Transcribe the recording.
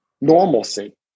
normalcy